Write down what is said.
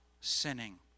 sinning